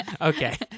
Okay